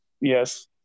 yes